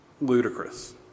ludicrous